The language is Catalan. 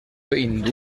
hindú